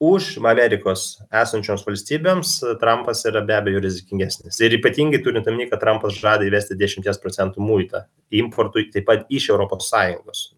už amerikos esančioms valstybėms trampas yra be abejo rizikingesnis ir ypatingai turint omeny kad trampas žada įvesti dešimties procentų muitą importui taip pat iš europos sąjungos